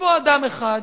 יבוא אדם אחד